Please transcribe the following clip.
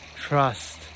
Trust